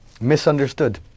Misunderstood